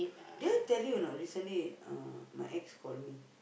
did I tell you or not recently uh my ex colleague